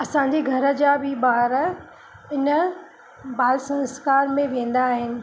असांजे घर जा बि ॿार इन बाल संस्कार में वेंदा आहिनि